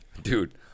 Dude